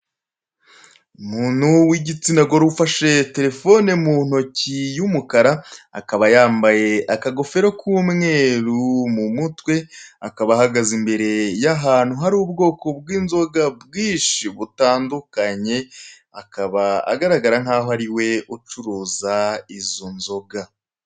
Umuntu w'igitsina gore ufashe telefoni mu ntoki y'umukara, akaba yambaye akagofero k'umweru mu mutwe, akaba ahagaze imbere y'ahantu hari ubwoko bw'inzoga bwinshi butandukanye, akaba agaragara nk'aho ari we ucuruza izo nzoga.